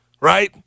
right